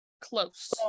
close